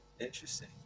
interesting